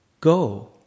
Go